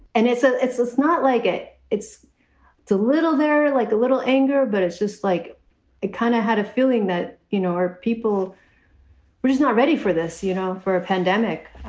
and it's ah it's it's not like it it's too little. they're like a little anger, but it's just like it kind of had a feeling that, you know, our people were just not ready for this. you know, for a pandemic,